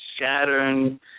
Saturn